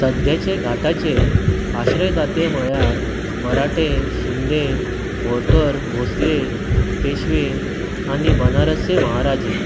सद्याचे घाटांचे आश्रयदाते म्हणल्यार मराठे शिंदे होळकर भोंसले पेशवे आनी बनारसचे महाराजे